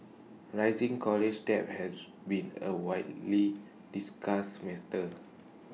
rising college debt has been A widely discussed matter